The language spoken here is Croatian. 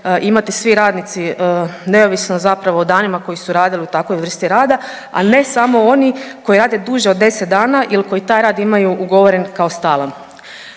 imati svi radnici neovisno zapravo o danima koji su radili u takvoj vrsti rada, a ne samo oni koji rade duže od 10 dana ili koji taj imaju ugovoren kao stalan.